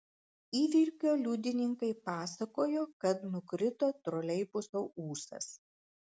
įvykio liudininkai pasakojo kad nukrito troleibuso ūsas